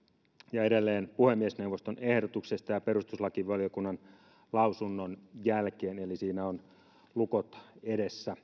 ja edelleen puhemiesneuvoston ehdotuksesta ja perustuslakivaliokunnan lausunnon jälkeen eli siinä on edessä